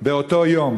באותו יום,